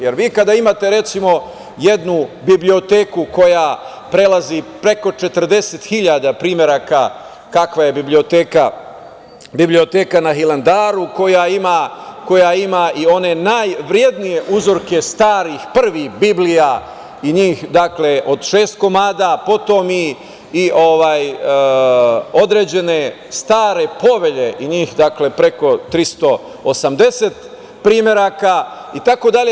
Jer, vi kada imate, recimo, jednu biblioteku koja prelazi preko 40 hiljada primeraka, kakva je biblioteka na Hilandaru, koja ima i one najvrednije uzorke starih prvih biblija i njih od šest komada, potom i određene stare povelje i njih preko 380 primeraka itd.